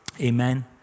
Amen